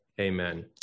amen